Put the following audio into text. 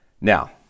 Now